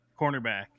cornerback